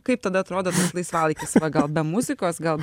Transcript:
kaip tada atrodo laisvalaikis va gal be muzikos gal